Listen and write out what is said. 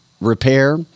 repair